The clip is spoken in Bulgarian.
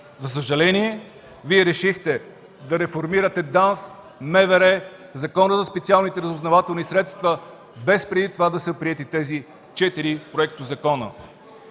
За съжаление, Вие решихте да реформирате ДАНС, МВР, Закона за специалните разузнавателни средства, без преди това да са приети тези четири проектозакона.